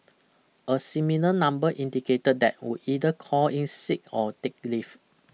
a similar number indicated that would either call in sick or take leave